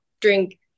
drink